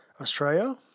Australia